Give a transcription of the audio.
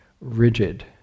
rigid